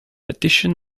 addition